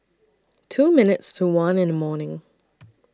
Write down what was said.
two minutes to one in The morning